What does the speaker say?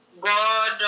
God